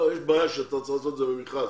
אתה צריך לעשות את זה במכרז.